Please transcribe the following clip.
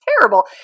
terrible